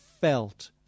felt